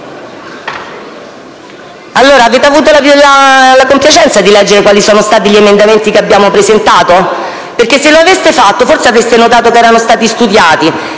18. Avete avuto la compiacenza di leggere gli emendamenti che abbiamo presentato? Se lo aveste fatto, forse avreste notato che erano stati studiati.